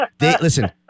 Listen